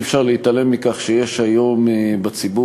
אי-אפשר להתעלם מכך שיש היום בציבור